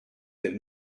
that